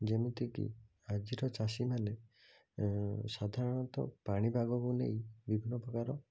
ଯେମିତି କି ଆଜିର ଚାଷୀମାନେ ସାଧାରଣତଃ ପାଣିପାଗକୁ ନେଇ ବିଭିନ୍ନ ପ୍ରକାରର